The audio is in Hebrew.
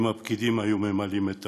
אם הפקידים היו ממלאים את תפקידם.